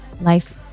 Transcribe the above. Life